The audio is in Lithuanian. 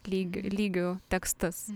lyg lygių tekstus